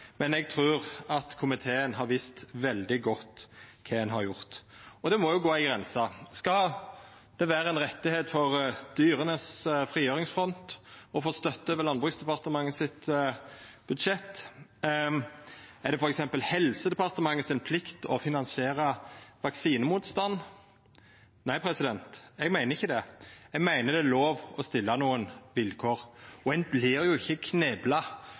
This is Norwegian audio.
men eg trur at komiteen har visst veldig godt kva ein har gjort. Og det må jo gå ei grense: Skal det vera ein rett for «dyrenes frigjøringsfront» å få støtte over Landbruks- og matdepartementets budsjett? Er det f. eks. Helse- og omsorgsdepartementets plikt å finansiera vaksinemotstand? Nei, eg meiner ikkje det, eg meiner det er lov å stilla nokre vilkår. Og ein vert jo ikkje knebla